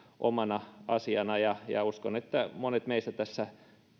omana asianaan uskon että monet meistä tässä